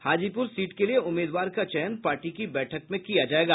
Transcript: Hajipur seat के लिए उम्मीदवार का चयन पार्टी की बैठक में किया जायेगा